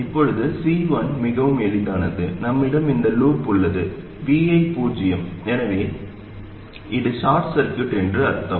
இப்போது C1 மிகவும் எளிதானது நம்மிடம் இந்த லூப் உள்ளது Vi பூஜ்ஜியம் எனவே இது ஷார்ட் சர்க்யூட் என்று அர்த்தம்